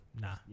Nah